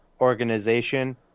organization